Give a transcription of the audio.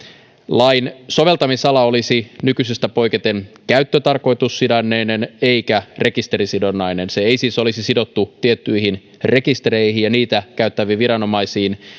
lain soveltamisala olisi nykyisestä poiketen käyttötarkoitussidonnainen eikä rekisterisidonnainen se ei siis olisi sidottu tiettyihin rekistereihin ja niitä käyttäviin viranomaisiin